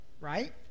right